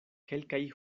kelkaj